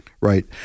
Right